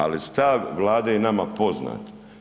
Ali stav Vlade je nama poznat.